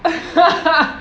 uh haha